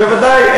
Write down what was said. בוודאי.